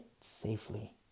safely